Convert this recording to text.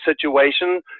situation